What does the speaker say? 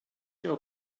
your